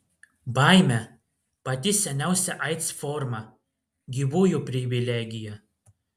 baimė pati seniausia aids forma gyvųjų privilegija